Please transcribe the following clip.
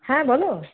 হ্যাঁ বলো